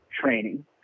training